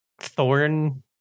thorn